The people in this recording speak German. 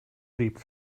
lebt